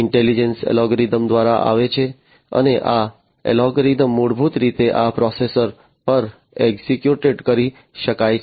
intelligence algorithms દ્વારા આવે છે અને આ અલ્ગોરિધમ્સ મૂળભૂત રીતે આ પ્રોસેસર પર એક્ઝિક્યુટ કરી શકાય છે